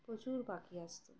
প্রচুর পাখি আসত